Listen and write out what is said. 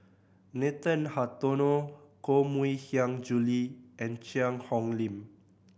Nathan Hartono Koh Mui Hiang Julie and Cheang Hong Lim